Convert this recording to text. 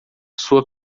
sua